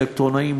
אלקטרונאים,